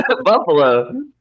Buffalo